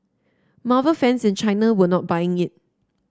marvel fans in China were not buying it